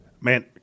Man